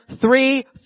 three